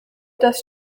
das